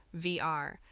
VR